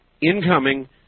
incoming